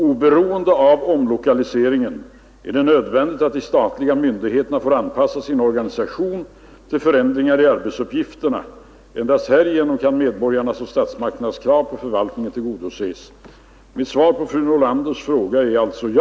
Oberoende av omlokaliseringen är det nödvändigt att de statliga myndigheterna får anpassa sin organisation till förändringar i arbetsuppgifterna. Endast härigenom kan medborgarnas och statsmakternas krav på förvaltningen tillgodoses. Mitt svar på fru Nordlanders fråga är alltså: Ja.